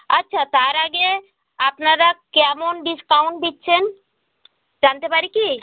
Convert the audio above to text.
আচ্ছা তার আগে আপনারা কেমন ডিস্কাউন্ট দিচ্ছেন জানতে পারি কি